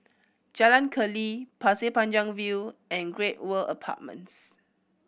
Jalan Keli Pasir Panjang View and Great World Apartments